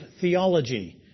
theology